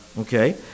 Okay